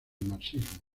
marxismo